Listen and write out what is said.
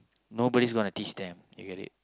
nobody's gonna teach them you get it